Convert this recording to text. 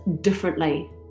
differently